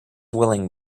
willing